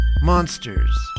monsters